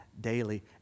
daily